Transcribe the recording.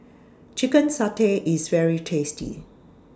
Chicken Satay IS very tasty